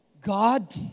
God